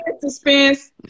Suspense